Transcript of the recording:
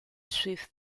swift